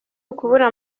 ukubura